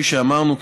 כפי שאמרנו,